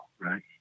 right